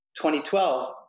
2012